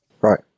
Right